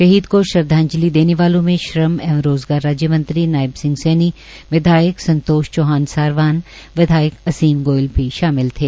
शहीद को श्रद्वाजंलि देने वालों में श्रम एवं रोज़गार राज्य मंत्री नायब सिंह सैनी विधायक संतोष चौहान सारवान विधायक असीम गोयल भी शामिल थे